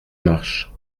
marche